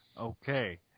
Okay